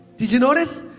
did you notice?